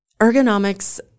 ergonomics